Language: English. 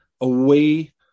away